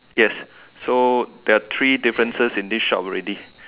yes so there are three differences in this shop already